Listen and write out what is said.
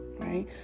right